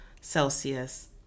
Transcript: celsius